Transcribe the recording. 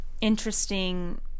interesting